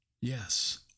Yes